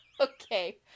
okay